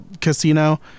casino